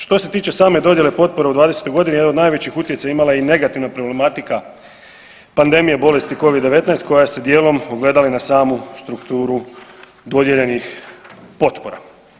Što se tiče same dodjele potpora u 2020.g. jedan od najvećih utjecaja imala je i negativna problematika pandemije bolesti covid-19 koja se dijelom ogledala i na samu strukturu dodijeljenih potpora.